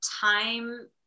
time